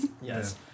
Yes